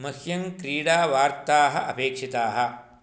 मह्यं क्रीडावार्ताः अपेक्षिताः